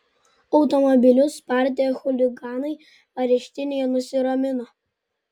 automobilius spardę chuliganai areštinėje nusiramino